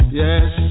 yes